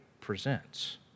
presents